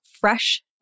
fresh